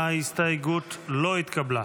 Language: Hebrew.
ההסתייגות לא התקבלה.